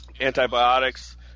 antibiotics